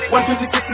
126